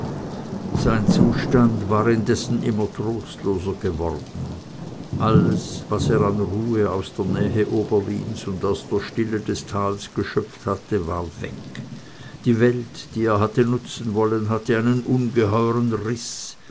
sein zustand war indessen immer trostloser geworden alles was er an ruhe aus der nahe oberlins und aus der stille des tals geschöpft hatte war weg die welt die er hatte nutzen wollen hatte einen ungeheuern riß